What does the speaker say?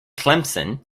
clemson